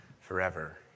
forever